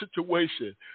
situation